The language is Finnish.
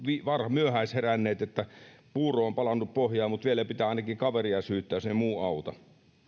myöhäisheränneinä että puuro on palanut pohjaan mutta vielä pitää ainakin kaveria syyttää jos ei muu auta